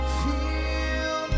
feel